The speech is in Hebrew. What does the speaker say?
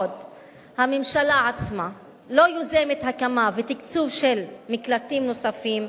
הממשלה עצמה לא יוזמת הקמה ותקצוב של מקלטים נוספים,